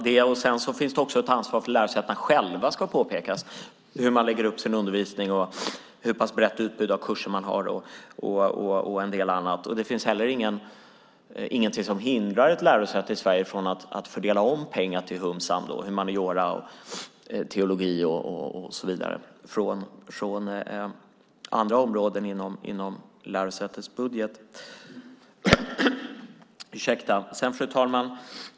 Det finns också ett ansvar hos lärosätena själva när det gäller hur man lägger upp sin undervisning, hur brett utbud av kurser man har och en del annat. Det finns heller ingenting som hindrar ett lärosäte att fördela om pengar till humaniora, teologi och så vidare från andra områden i lärosätets budget.